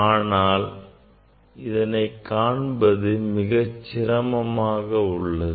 ஆனால் இதனை காண்பது மிக சிரமமாக உள்ளது